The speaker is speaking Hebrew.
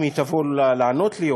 אם היא תבוא לענות לי,